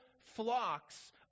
flocks